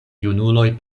junuloj